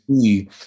see